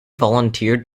volunteered